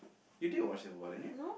you did watch civil-war didn't you